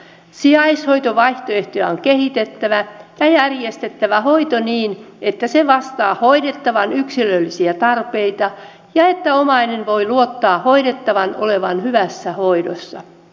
sijaishoitovaihtoehtoja on kehitettävä ja järjestettävä hoito niin että se vastaa hoidettavan yksilöllisiä tarpeita ja että omainen voi luottaa hoidettavan olevan hyvässä hoidossa